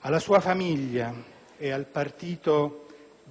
Alla sua famiglia e al Popolo